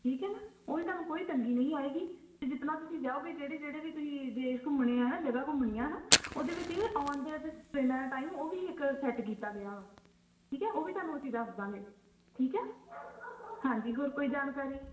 ਠੀਕ ਹੈ ਨਾ ਉਹਦੀ ਤੁਹਾਨੂੰ ਕੋਈ ਤੰਗੀ ਨਹੀਂ ਆਏਗੀ ਅਤੇ ਜਿਤਨਾ ਤੁਸੀਂ ਜਾਉਗੇ ਜਿਹੜੇ ਜਿਹੜੇ ਵੀ ਤੁਸੀਂ ਦੇਸ਼ ਘੁੰਮਣੇ ਆ ਨਾ ਜਗ੍ਹਾ ਘੁੰਮਣੀ ਆ ਹੈ ਨਾ ਉਹਦੇ ਵਿੱਚ ਇਹ ਆਉਣ ਦਾ ਤਾਂ ਟ੍ਰੇਨਾਂ ਦਾ ਟਾਈਮ ਉਹ ਵੀ ਇੱਕ ਸੈਟ ਕੀਤਾ ਗਿਆ ਵਾ ਠੀਕ ਆ ਉਹ ਵੀ ਤੁਹਾਨੂੰ ਅਸੀਂ ਦੱਸ ਦੇਵਾਂਗੇ ਠੀਕ ਆ ਹਾਂਜੀ ਹੋਰ ਕੋਈ ਜਾਣਕਾਰੀ